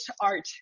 art